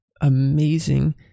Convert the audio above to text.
amazing